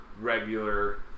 regular